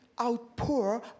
outpour